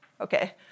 Okay